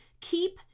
keep